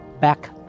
back